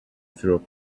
through